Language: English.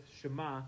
Shema